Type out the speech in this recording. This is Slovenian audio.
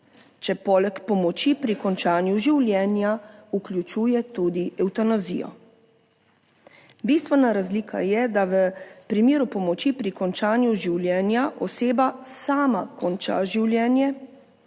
če poleg pomoči pri končanju življenja vključuje tudi evtanazijo. Bistvena razlika je, da v primeru pomoči pri končanju življenja oseba sama konča življenje,